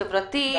חברתי,